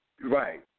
Right